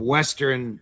Western